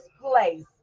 place